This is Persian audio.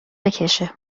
بکشه